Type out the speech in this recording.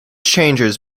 changes